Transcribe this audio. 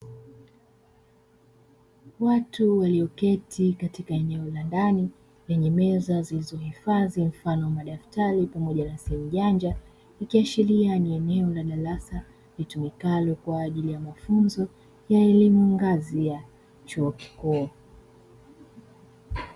Watu walioketi katika eneo la ndani lenye meza zilizohifadhi mfano wa madaftari pamoja na simu janja, ikiashiria ni eneo la darasa litumikalo kwaajili ya mafunzo ya elimu ngazi ya chuo Kikuu.